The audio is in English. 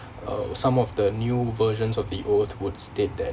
uh some of the new versions of the oath would state that